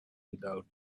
without